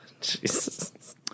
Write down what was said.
Jesus